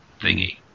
thingy